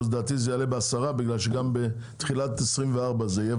ולדעתי זה יעלה ב-10% מכיוון שגם בתחילת 2024 זה יהיה,